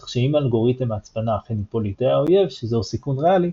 כך שאם אלגוריתם ההצפנה אכן יפול לידי האויב שזהו סיכון ריאלי,